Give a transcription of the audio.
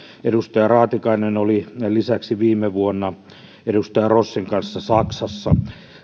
edustaja raatikainen oli lisäksi viime vuonna edustaja rossin kanssa saksassa